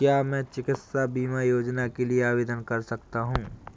क्या मैं चिकित्सा बीमा योजना के लिए आवेदन कर सकता हूँ?